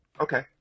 Okay